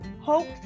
hope